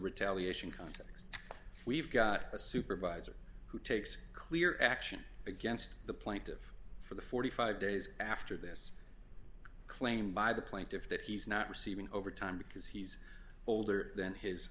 retaliation context we've got a supervisor who takes clear action against the plaintive for the forty five dollars days after this claim by the plaintiffs that he's not receiving overtime because he's older than his